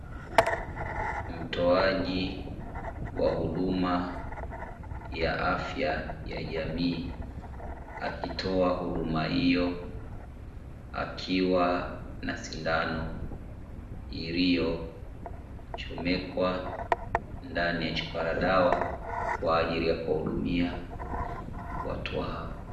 Mtoaji wa huduma ya afya ya jamii akitoa huduma hiyo, akiwa na sindano iliyochomekwa ndani ya chupa la dawa kwa ljili ya kuwahudumia watu hao.